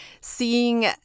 seeing